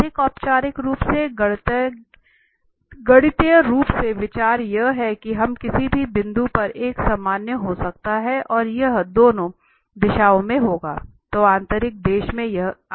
अधिक औपचारिक रूप से गणितीय रूप से विचार यह है कि हम किसी भी बिंदु पर एक सामान्य हो सकता है और यह दोनों दिशाओं में होगा